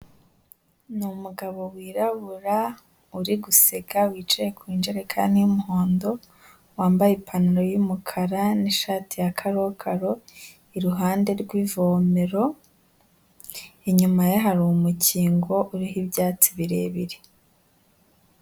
Ni umugabo wirabura uri guseka wicaye ku njerekani y'umuhondo, wambaye ipantaro y'umukara n'ishati ya karokaro, iruhande rw'ivomero, inyuma ye hari umukingo uriho ibyatsi birebire.